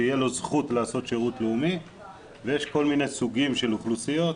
שתהיה לו זכות לעשות שירות לאומי ויש כל מיני סוגים של אוכלוסיות,